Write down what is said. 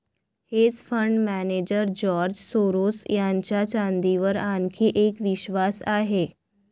hedge fund manager George Soros यांचा चांदीवर आणखी एक विश्वास आहे